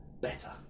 better